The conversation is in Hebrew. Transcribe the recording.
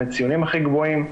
גם ציונים הכי גבוהים,